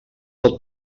del